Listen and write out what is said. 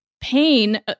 pain